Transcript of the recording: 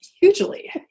hugely